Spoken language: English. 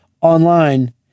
online